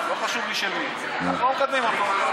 לא חשוב לי של מי, אנחנו לא מקדמים אותו.